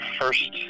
first